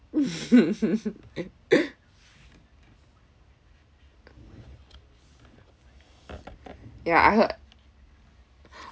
ya I heard